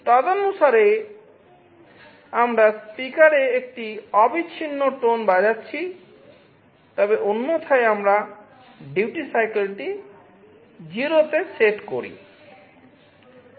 তদনুসারে আমরা স্পিকারে একটি অবিচ্ছিন্ন টোন টি 0 তে সেট করি